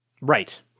Right